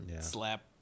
Slap